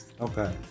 Okay